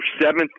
seventh